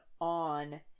on